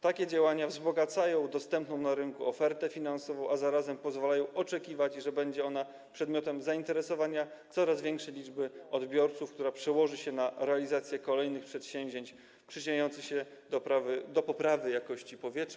Takie działania wzbogacają dostępną na rynku ofertę finansową, a zarazem pozwalają oczekiwać, że będzie ona przedmiotem zainteresowania coraz większej liczby odbiorców, co przełoży się na realizację kolejnych przedsięwzięć przyczyniających się do poprawy jakości powietrza.